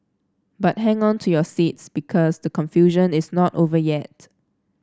but hang on to your seats because the confusion is not over yet